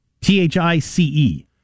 T-H-I-C-E